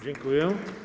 Dziękuję.